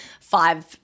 five